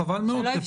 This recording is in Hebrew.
חבל מאוד.